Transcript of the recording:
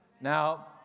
Now